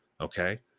Okay